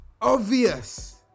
obvious